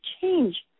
change